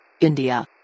India